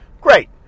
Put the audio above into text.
Great